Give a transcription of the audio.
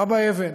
אבא אבן,